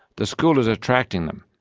the school is attracting them.